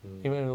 mm